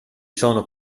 sono